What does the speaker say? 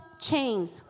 chains